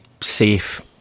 safe